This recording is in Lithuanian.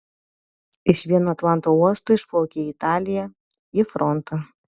iš vieno atlanto uosto išplaukia į italiją į frontą